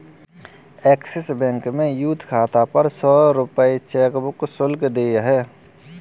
axis Bank में youth खाता पर सौ रूपये चेकबुक शुल्क देय है